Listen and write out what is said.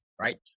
right